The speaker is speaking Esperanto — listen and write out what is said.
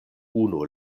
unu